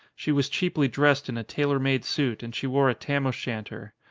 she was cheaply dressed in a tailor-made suit and she wore a tam-o'-shanter.